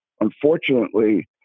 unfortunately